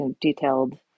detailed